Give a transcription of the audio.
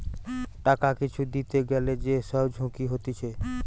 টাকা কিছু দিতে গ্যালে যে সব ঝুঁকি হতিছে